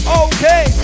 okay